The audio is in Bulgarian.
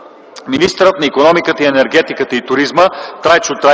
Министърът на икономиката, енергетиката и туризма